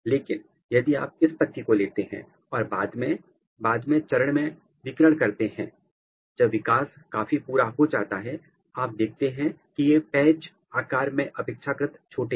लेकिन यदि आप इस पत्ती को लेते हैं और बाद में चरण में विकिरण करते हैं जब विकास काफी पूरा हो जाता है तो आप देखते हैं कि ये पैच आकार में अपेक्षाकृत छोटे हैं